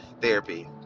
therapy